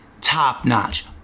top-notch